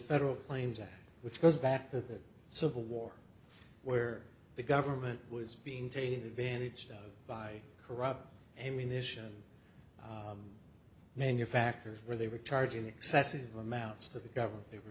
federal claims act which goes back to the civil war where the government was being taken advantage of by corrupt him initially manufactures where they were charging excessive amounts to the government they were